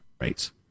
rates